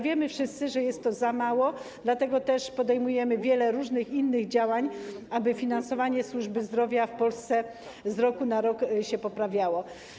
Wiemy wszyscy, że to za mało, dlatego też podejmujemy wiele różnych innych działań, aby finansowanie służby zdrowia w Polsce z roku na rok się poprawiało.